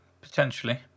potentially